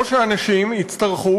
או שאנשים יצטרכו,